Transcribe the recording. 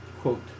Quote